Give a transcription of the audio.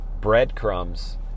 breadcrumbs